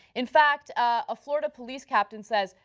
in fact, a florida police captain says,